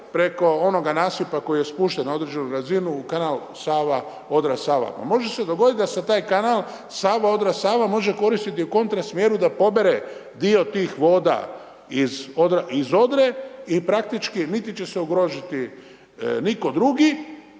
preko onoga nasipa koji je spušten na određenu razinu u kanal Sava-Odra-Sava. Pa može se dogoditi da se taj kanal Sava-Odra-Sava može koristiti u kontra smjeru da pobere dio tih voda iz Odre i praktički niti će se ugroziti nitko drugi